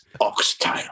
oxtail